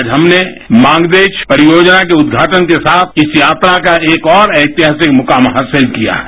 आज हमने मांगदेच्छू परियोजना के उद्घाटन के साथ इस यात्रा का एक और ऐतिहासिक मुकाम हासिल किया है